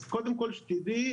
אז קודם כל שתדעי,